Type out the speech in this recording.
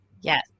Yes